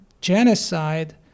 genocide